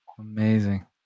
Amazing